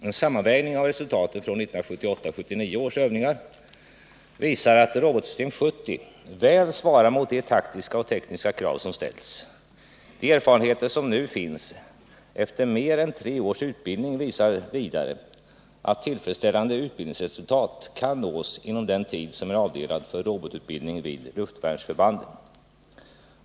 En sammanvägning av resultaten från 1978 och 1979 års övningar visar att robotsystem 70 väl svarar mot de taktiska och tekniska krav som ställts. De erfarenheter som nu finns efter mer än tre års utbildning visar vidare att tillfredsställande utbildningsresultat kan nås inom den tid som är avdelad för robotutbildning vid luftvärnsförbanden.